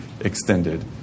extended